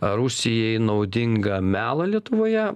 rusijai naudingą melą lietuvoje